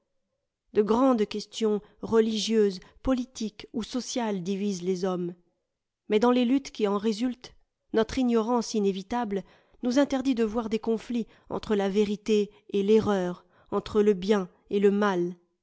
de grandes questions relig'ieuses politiques ou sociales divisent les hommes mais dans les luttes qui en résultent notre ignorance inévitable nous interdit de voir des conflits entre la vérité et verreur entre le bien et le mal